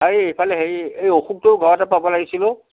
এ এইফালে হেৰি এ অশোকটোৱেও ঘৰ এটা পাব লাগিছিল অ'